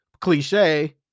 cliche